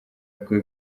rwe